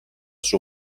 suo